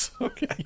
Okay